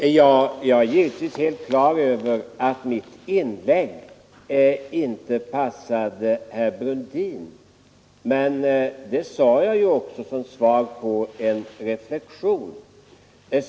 Fru talman! Jag är givetvis helt på det klara med att mitt inlägg inte passade herr Brundin, men det sade jag också som en reflexion.